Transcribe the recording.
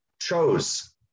chose